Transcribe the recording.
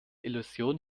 illusion